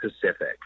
Pacific